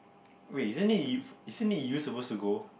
wait isn't it isn't it you suppose to go